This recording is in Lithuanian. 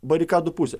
barikadų pusę